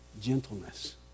gentleness